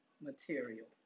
material